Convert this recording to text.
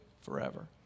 forever